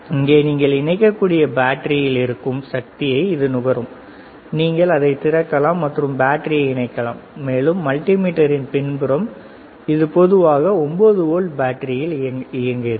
இங்கே நீங்கள் இணைக்கக்கூடிய பேட்டரியில் இருக்கும் சக்தியை இது நுகரும் நீங்கள் அதைத் திறக்கலாம் மற்றும் பேட்டரியைச் இணைக்கலாம் மேலும் மல்டிமீட்டரின் பின்புறம் இது பொதுவாக 9 வோல்ட் பேட்டரியில் இயங்குகிறது